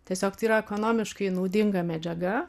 tiesiog tai yra ekonomiškai naudinga medžiaga